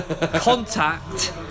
contact